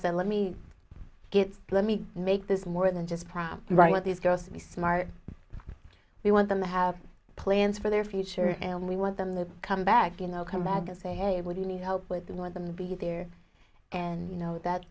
said let me get let me make this more than just prop right these girls to be smart we want them to have plans for their future and we want them to come back you know come back and say hey we need help with that want them to be there and you know that